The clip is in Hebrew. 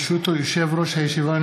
ברשות יושב-ראש הישיבה,